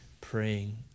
Praying